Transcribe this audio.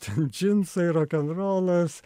ten džinsai rokenrolas